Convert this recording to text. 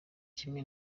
kimwe